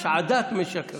יש עדת משקרים.